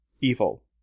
evil